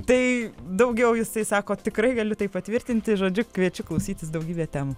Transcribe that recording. tai daugiau jisai sako tikrai galiu tai patvirtinti žodžiu kviečiu klausytis daugybė temų